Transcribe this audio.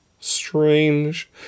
Strange